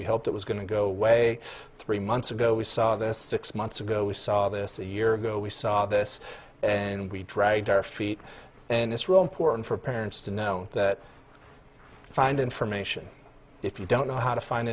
it was going to go away three months ago we saw this six months ago we saw this a year ago we saw this and we drag our feet and it's really important for parents to know that find information if you don't know how to find